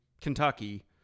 Kentucky